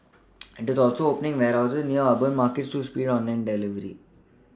it is also opening warehouses near urban markets to speed online delivery